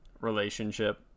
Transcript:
relationship